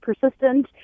persistent